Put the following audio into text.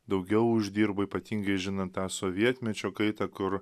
daugiau uždirbo ypatingai žinant tą sovietmečio kaitą kur